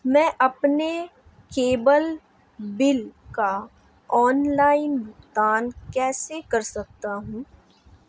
मैं अपने cable bill का ऑनलाइन भुगतान कैसे कर सकता हूं?